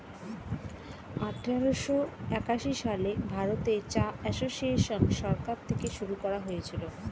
আঠারোশো একাশি সালে ভারতে চা এসোসিয়েসন সরকার থেকে শুরু করা হয়েছিল